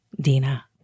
Dina